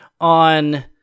on